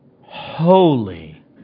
holy